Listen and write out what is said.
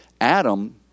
Adam